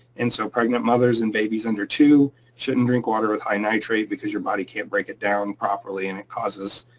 and so pregnant mothers and babies under two shouldn't drink water with high nitrate because your body can't break it down properly and it causes